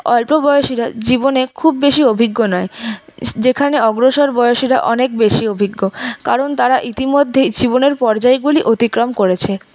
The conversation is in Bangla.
অল্পবয়সীরা জীবনে খুব বেশি অভিজ্ঞ নয় যেখানে অগ্রসর বয়সীরা অনেক বেশি অভিজ্ঞ কারণ তারা ইতিমধ্যেই জীবনের পর্যায়গুলি অতিক্রম করেছে